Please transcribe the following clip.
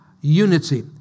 unity